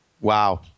Wow